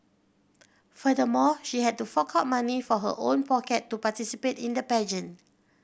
furthermore she had to fork out money from her own pocket to participate in the pageant